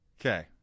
Okay